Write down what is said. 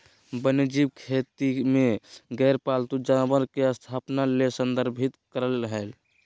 वन्यजीव खेती में गैर पालतू जानवर के स्थापना ले संदर्भित करअ हई